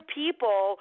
people